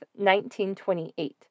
1928